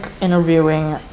interviewing